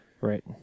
right